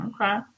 Okay